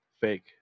fake